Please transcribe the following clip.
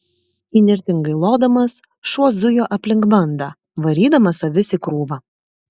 įnirtingai lodamas šuo zujo aplink bandą varydamas avis į krūvą